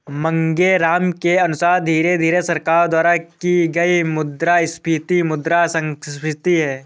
मांगेराम के अनुसार धीरे धीरे सरकार द्वारा की गई मुद्रास्फीति मुद्रा संस्फीति है